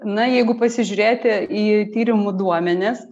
na jeigu pasižiūrėti į tyrimų duomenis